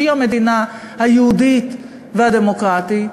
שהיא המדינה היהודית והדמוקרטית,